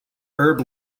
herb